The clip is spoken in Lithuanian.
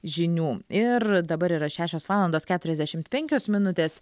žinių ir dabar yra šešios valandos keturiasdešimt penkios minutės